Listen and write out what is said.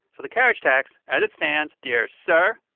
so the carriage tax, as it stands, dear sir,